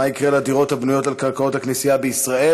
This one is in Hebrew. מה יקרה לדירות הבנויות על קרקעות הכנסייה בישראל?